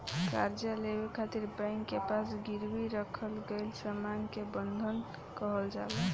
कर्जा लेवे खातिर बैंक के पास गिरवी रखल गईल सामान के बंधक कहल जाला